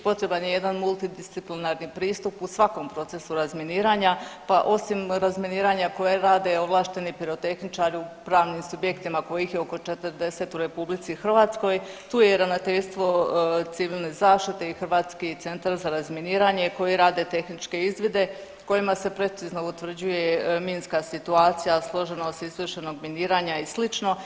Potreban je jedan multidisciplinarni pristup u svakom procesu razminiranja pa osim razminiranja koje rade ovlašteni pirotehničari u pravnim subjektima kojih je oko 40 u RH tu je Ravnateljstvo civilne zaštite i Hrvatski centar za razminiranje koji rade tehničke izvide kojima se precizno utvrđuje minska situacija, složenost izvršenog miniranja i sl.